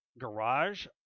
garage